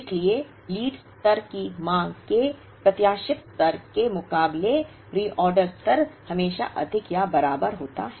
इसलिए लीड स्तर की मांग के प्रत्याशित स्तर के मुकाबले रीऑर्डर स्तर हमेशा अधिक या बराबर होता है